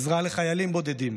עזרה לחיילים בודדים,